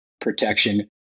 protection